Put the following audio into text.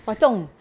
hwa chong